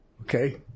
Okay